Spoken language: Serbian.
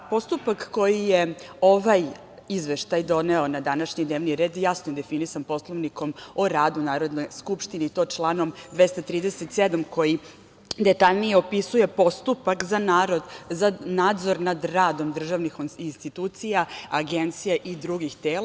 Postupak koji je ovaj izveštaj doneo na današnji dnevni red, jasno je definisan Poslovnikom o radu Narodne skupštine i to članom 237. koji detaljnije opisuje postupak za nadzor nad radom državnih institucija, agencija i drugih tela.